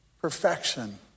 perfection